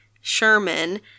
Sherman